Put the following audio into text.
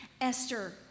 Esther